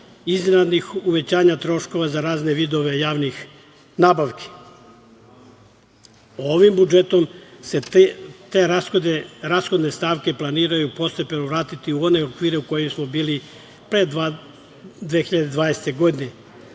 iznenadnih uvećanja troškova za razne vidove javnih nabavki. Ovim budžetom se te rashodne stavke planiraju postepeno vratiti u one okvire u kojima smo bili pre 2020. godine.